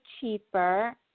cheaper